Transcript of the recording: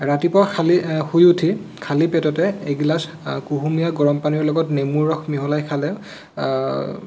ৰাতিপুৱা খালি শুই উঠি খালি পেটতে এগিলাছ কুহুমীয়া গৰম পানীৰ লগত নেমুৰ ৰস মিহলাই খালে